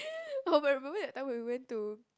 oh but remember that time we went to